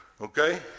Okay